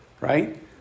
Right